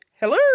Hello